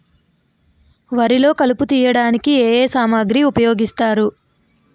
వరిలో కలుపు తియ్యడానికి ఏ ఏ సామాగ్రి ఉపయోగిస్తారు?